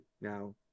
Now